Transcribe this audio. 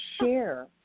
share